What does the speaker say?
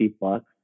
bucks